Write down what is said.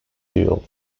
dual